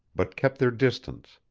but kept their distance.